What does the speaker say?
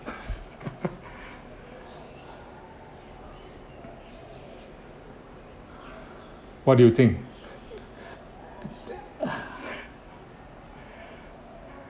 what do you think